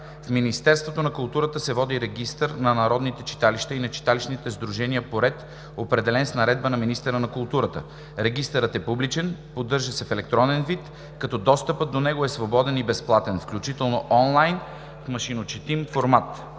В Министерството на културата се води регистър на народните читалища и на читалищните сдружения по ред, определен с наредба на министъра на културата. Регистърът е публичен, поддържа се в електронен вид, като достъпът до него е свободен и безплатен, включително онлайн, в машинночетим формат.“